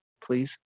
please